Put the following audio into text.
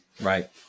Right